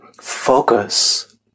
focus